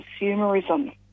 consumerism